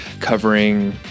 covering